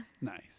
Nice